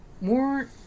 More